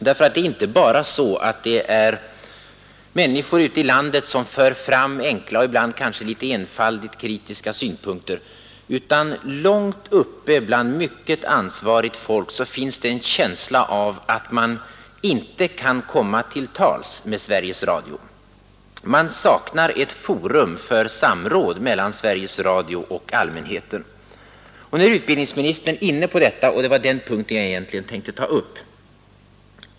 Det är inte bara så att det är människor ute i landet som för fram enkla och ibland kanske litet enfaldigt kritiska synpunkter, utan långt uppe bland mycket ansvarigt folk finns det en känsla av att man inte kan komma till tals med Sveriges Radio. Man saknar ett forum för samråd mellan Sveriges Radio och allmänheten. Utbildningsministern kom in på detta, och det är den punkten jag tänker ta upp.